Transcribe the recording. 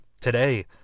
today